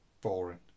Boring